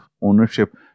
ownership